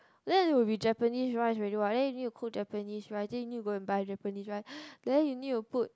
then it will be Japanese rice already [what] then you need to cook Japanese rice then you need go and buy Japanese rice then you need to put